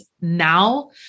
now